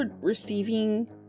receiving